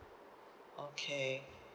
okay